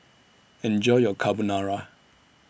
Enjoy your Carbonara